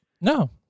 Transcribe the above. No